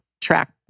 track